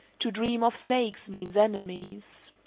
to dream of snakes means enemies.